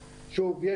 שוב,